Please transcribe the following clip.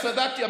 אז צדקתי,